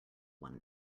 one